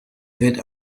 that